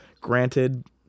Granted